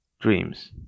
dreams